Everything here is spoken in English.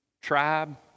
tribe